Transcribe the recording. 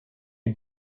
you